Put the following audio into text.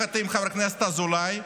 לך צייץ.